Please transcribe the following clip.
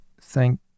thank